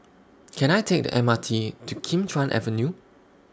Can I Take The M R T to Kim Chuan Avenue